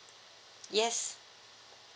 yes